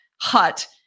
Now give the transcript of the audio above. hut